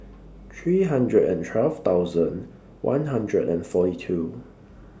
three hundred and twelve thousand one hundred and forty two